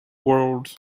world